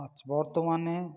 আজ বর্তমানে